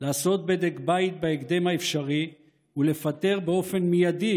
לעשות בדק בית בהקדם האפשרי ולפטר באופן מיידי